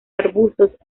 arbustos